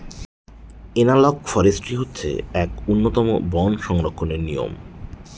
analogue forestry হচ্ছে এক উন্নতম বন সংরক্ষণের নিয়ম